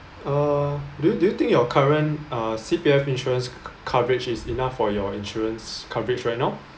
uh do you do you think your current uh C_P_F insurance co~ coverage is enough for your insurance coverage right now